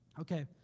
Okay